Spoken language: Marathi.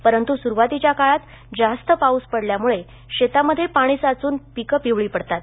परंतु सुरवातीच्या काळात जास्त पाऊस पडल्यामुळे शेतामध्ये पाणी साचून पिके पिवळी पडतात